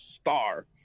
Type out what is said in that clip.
star